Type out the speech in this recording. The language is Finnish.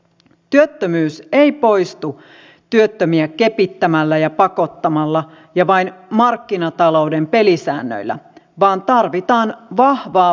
työttömyys ei poistu työttömiä kepittämällä ja pakottamalla ja vain markkinatalouden pelisäännöillä vaan tarvitaan vahvaa valtiota